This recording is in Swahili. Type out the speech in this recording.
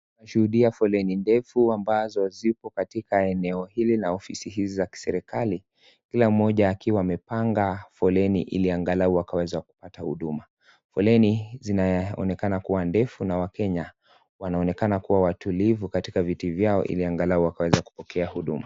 Tunashuhudia foleni ndefu ambazo ziko katika eneo hili na ofisi hiza za kiserikali kila mmoja akiwa amepanga foleni iliangalau akaweza kupata huduma foleni zinaonekana kuwa ndefu na wakenya watulivu katika viti vyao iliangalau wakaweza kupokea huduma.